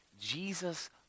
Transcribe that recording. Jesus